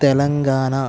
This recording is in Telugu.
తెలంగాణ